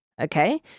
Okay